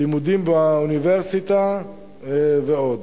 לימודים באוניברסיטה ועוד.